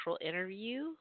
interview